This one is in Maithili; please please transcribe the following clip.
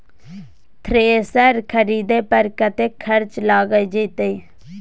थ्रेसर खरीदे पर कतेक खर्च लाईग जाईत?